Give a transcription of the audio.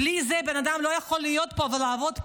בלי זה בן אדם לא יכול להיות פה ולעבוד פה.